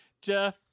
jeff